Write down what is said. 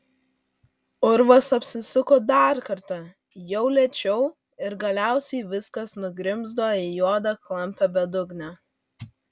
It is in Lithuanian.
urvas apsisuko dar kartą jau lėčiau ir galiausiai viskas nugrimzdo į juodą klampią bedugnę